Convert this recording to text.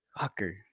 fucker